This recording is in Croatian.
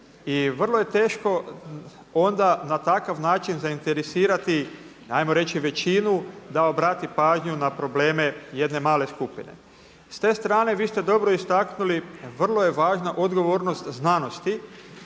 i vrlo je teško onda na takav način zainteresirati hajmo reći većinu da obrati pažnju na probleme jedne male skupine. S te strane vi ste dobro istaknuli vrlo je važna odgovornost znanosti.